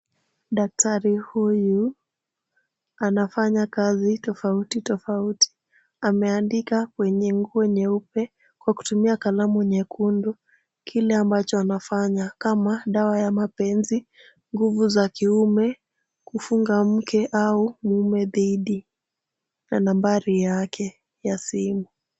Daktari huyu anafanya kazi tofauti tofauti, ameandika kwenye nguo nyeupe kwa kutumia kalamu nyekundu, kile ambacho anafanya, kama dawa ya mapenzi, nguvu za kiume, kufunga mke au mume dhidi na nambari yake ya simu.